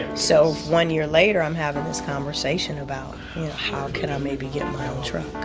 and so one year later, i'm having this conversation about how can i maybe get my own truck.